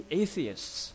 atheists